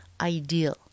ideal